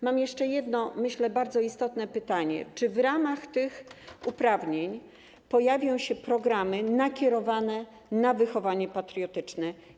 Mam jeszcze jedno, myślę, bardzo istotne pytanie: Czy w ramach tych uprawnień pojawią się programy nakierowane na wychowanie patriotyczne?